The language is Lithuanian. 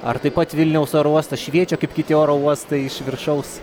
ar taip pat vilniaus oro uostas šviečia kaip kiti oro uostai iš viršaus